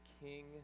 king